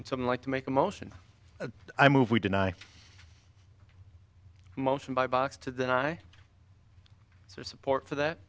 and some like to make a motion i move we deny motion by box to then i support for that